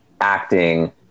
acting